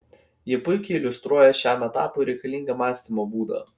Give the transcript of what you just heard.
ji puikiai iliustruoja šiam etapui reikalingą mąstymo būdą